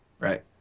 Right